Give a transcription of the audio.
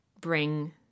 bring